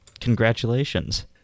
congratulations